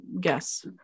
guess